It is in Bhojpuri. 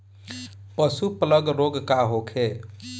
पशु प्लग रोग का होखे?